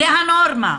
זה הנורמה.